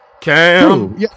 Cam